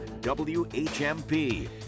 WHMP